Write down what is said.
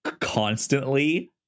constantly